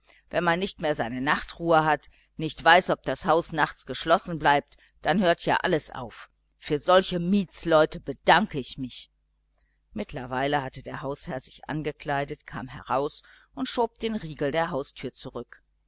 wenn man nicht mehr seine nachtruhe hat nicht weiß ob das haus nachts geschlossen bleibt dann hört ja alles auf für solche mietsleute bedanke ich mich mittlerweile hatte der hausherr sich angekleidet kam heraus und schob den riegel der haustüre zurück